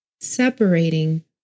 separating